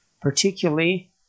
particularly